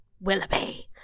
Willoughby